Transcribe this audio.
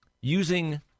using